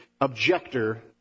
objector